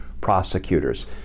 prosecutors